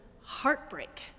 heartbreak